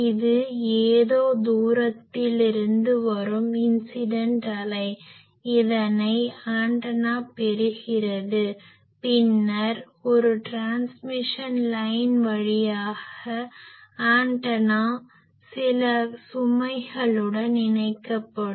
இது ஏதோ தூரத்திலிருந்து வரும் இன்சிடன்ட் அலை இதனை ஆண்டனா பெறுகிறது பின்னர் ஒரு டிரான்ஸ்மிஷன் லைன் வழியாக ஆண்டனா சில சுமைகளுடன் இணைக்கப்படும்